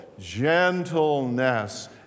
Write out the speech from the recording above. Gentleness